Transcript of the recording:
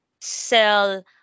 sell